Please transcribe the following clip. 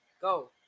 Go